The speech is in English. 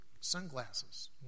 sunglasses